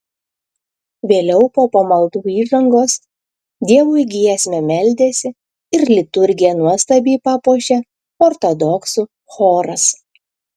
vėliau po pamaldų įžangos dievui giesme meldėsi ir liturgiją nuostabiai papuošė ortodoksų choras